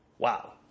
Wow